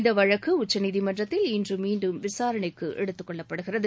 இந்த வழக்கு உச்சநீதிமன்றத்தில் இன்று மீண்டும் விசாரணைக்கு எடுத்துக்கொள்ளப்படுகிறது